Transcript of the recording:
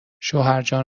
شوهرجان